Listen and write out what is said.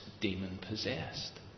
demon-possessed